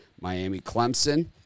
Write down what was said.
Miami-Clemson